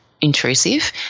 intrusive